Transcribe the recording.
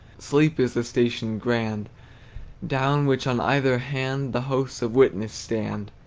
sleep is the station grand down which on either hand the hosts of witness stand!